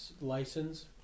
license